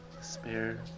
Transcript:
Spare